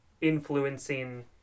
influencing